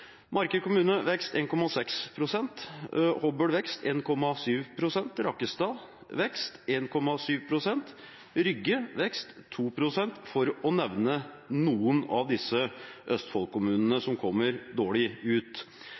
Marker kommune 1,6 pst. vekst, Hobøl kommune 1,7 pst. vekst, Rakkestad kommune 1,7 pst. vekst, Rygge kommune 2 pst. vekst, for å nevne noen av Østfold-kommunene som kommer dårlig ut.